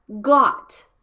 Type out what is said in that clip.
got